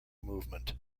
movement